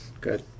Good